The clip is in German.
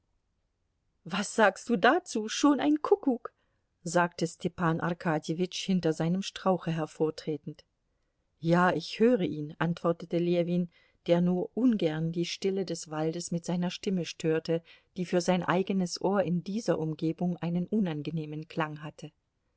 was sagst du dazu schon ein kuckuck sagte stepan arkadjewitsch hinter seinem strauche hervor tretend ja ich höre ihn antwortete ljewin der nur ungern die stille des waldes mit seiner stimme störte die für sein eigenes ohr in dieser umgebung einen unangenehmen klang hatte